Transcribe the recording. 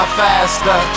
faster